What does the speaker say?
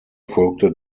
folgte